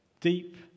deep